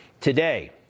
Today